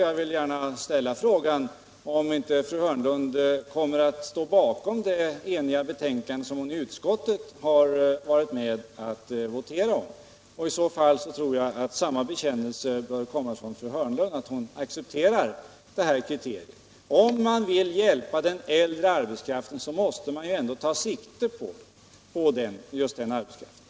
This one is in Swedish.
Jag vill gärna ställa frågan om inte fru Hörnlund här kommer att stå bakom det eniga betänkande som hon i utskottet varit med om att stödja. I så fall tror jag att samma bekännelse måste komma från fru Hörnlund, att hon accepterar detta kriterium. Om man vill hjälpa den äldre arbetskraften måste man ändå ta sikte just på de äldre.